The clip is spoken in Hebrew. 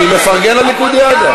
אני מפרגן לליכודיאדה.